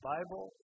Bible